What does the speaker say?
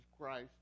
Christ